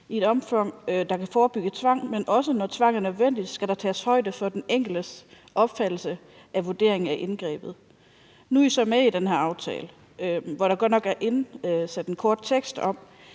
muligt omfang for at forebygge tvang, men også når tvang er nødvendig, så der kan tages højde for den enkeltes egen opfattelse og vurdering af indgrebet.« Nu er I så med i den her aftale, hvor der godt nok er indsat en kort tekst om,